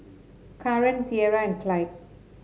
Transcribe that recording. Kaaren Tierra and Clide